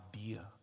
idea